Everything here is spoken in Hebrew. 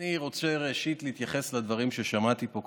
אני רוצה ראשית להתייחס לדברים ששמעתי פה.